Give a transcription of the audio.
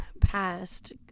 past